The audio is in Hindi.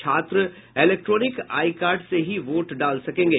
छात्र इलेक्ट्रोनिक आई कार्ड से ही वोट डाल सकेंगे